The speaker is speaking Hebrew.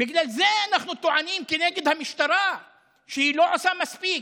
בגלל זה אנחנו טוענים כנגד המשטרה שהיא לא עושה מספיק.